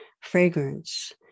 fragrance